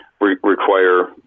require